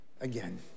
again